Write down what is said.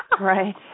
Right